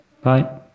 Bye